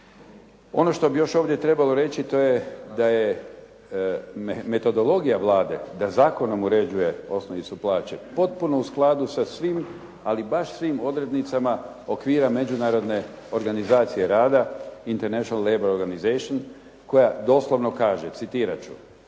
Ono što bi još ovdje trebalo reći to je da je metodologija Vlade da zakonom uređuje osnovicu plaće potpuno u skladu sa svim ali baš svim odrednicama okvira Međunarodne organizacije rada "International Labour Organization" koja doslovno kaže, citirat ću,